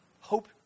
hope